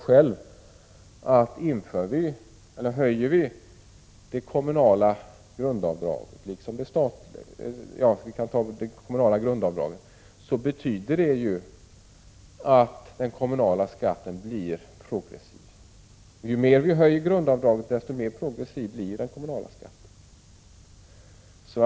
Om vi höjer det kommunala grundavdraget blir den kommunala skatten progressiv. Den saken tog Kjell Johansson själv upp i sitt anförande. Ju mer grundavdraget höjs, desto mer progressiv blir den kommunala skatten.